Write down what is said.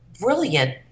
brilliant